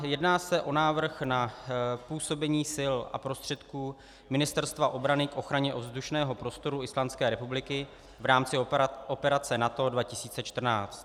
Jedná se o návrh na působení sil a prostředků Ministerstva obrany k ochraně vzdušného prostoru Islandské republiky v rámci operace NATO 2014.